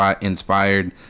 inspired